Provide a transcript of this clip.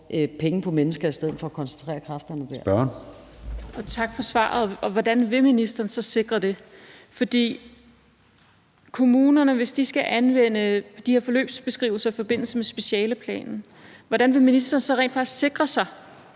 penge på mennesker i stedet for at koncentrere kræfterne der.